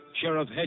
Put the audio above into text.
Sheriff